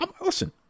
Listen